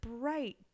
bright